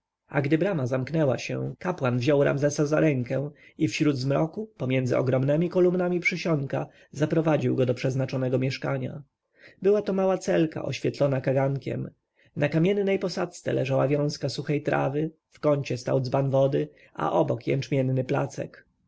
a gdy brama zamknęła się kapłan wziął ramzesa za rękę i wśród zmroku pomiędzy ogromnemi kolumnami przysionka zaprowadził go do przeznaczonego mieszkania była to mała celka oświetlona kagankiem na kamiennej posadzce leżała wiązka suchej trawy w kącie stał dzban wody a obok jęczmienny placek